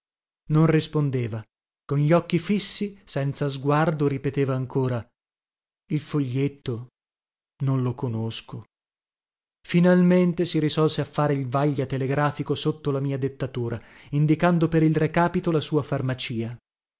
non rispondeva con gli occhi fissi senza sguardo ripeteva ancora il foglietto non lo conosco finalmente si risolse a fare il vaglia telegrafico sotto la mia dettatura indicando per il recapito la sua farmacia